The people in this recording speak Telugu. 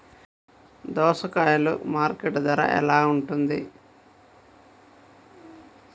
దోసకాయలు మార్కెట్ ధర ఎలా ఉంటుంది?